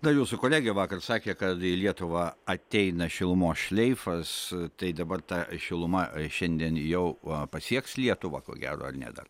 na jūsų kolegė vakar sakė kad į lietuvą ateina šilumos šleifas tai dabar ta šiluma šiandien jau va pasieks lietuvą ko gero ar ne dar